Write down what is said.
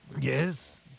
Yes